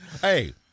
Hey